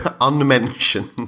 unmentioned